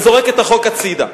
וזורק את החוק הצדה.